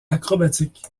acrobatique